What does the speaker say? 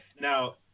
now